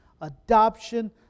adoption